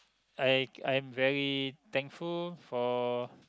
I I'm very thankful for